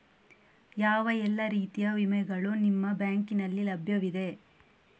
ಯಾವ ಎಲ್ಲ ರೀತಿಯ ವಿಮೆಗಳು ನಿಮ್ಮ ಬ್ಯಾಂಕಿನಲ್ಲಿ ಲಭ್ಯವಿದೆ?